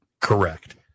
correct